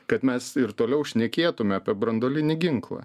kad mes ir toliau šnekėtume apie branduolinį ginklą